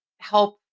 help